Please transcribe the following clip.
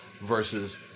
versus